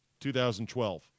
2012